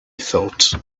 thought